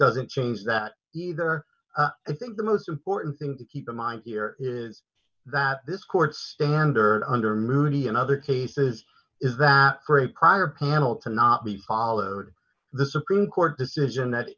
doesn't change that either i think the most important thing to keep in mind here is that this court standard under moody and other cases is that great prior panel to not be followed the supreme court decision that